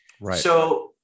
Right